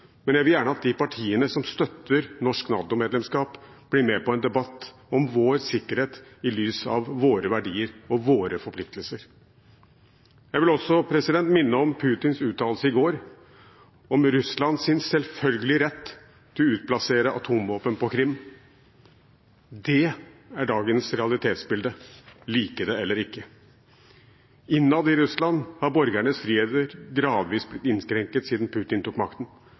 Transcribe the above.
men jeg vil gjerne at de partiene som støtter norsk NATO-medlemskap, blir med på en debatt om vår sikkerhet i lys av våre verdier og våre forpliktelser. Jeg vil også minne om Putins uttalelse i går, om Russlands selvfølgelige rett til å utplassere atomvåpen på Krim. Det er dagens realitetsbilde – like det eller ikke. Innad i Russland har borgernes friheter gradvis blitt innskrenket siden Putin tok makten.